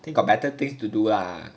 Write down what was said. think got better things to do lah